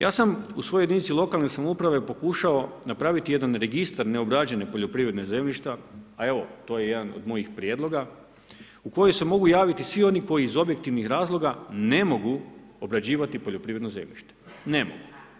Ja sam u svojoj jedinici lokalne samouprave pokušao napraviti jedan registar neobrađene poljoprivredne zemljišta, a evo to je jedan od mojih prijedloga u koji se mogu javiti svi oni koji iz objektivnih razloga ne mogu obrađivati poljoprivredno zemljište, ne mogu.